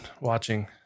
watching